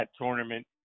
tournament